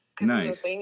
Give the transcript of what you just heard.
nice